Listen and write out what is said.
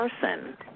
person